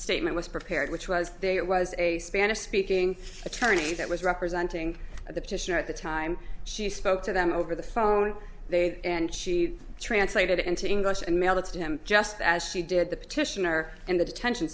statement was prepared which was they it was a spanish speaking attorney that was representing the petitioner at the time she spoke to them over the phone they and she translated into english and mailed it to him just as she did the petitioner in the detention